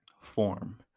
form